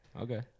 Okay